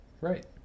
right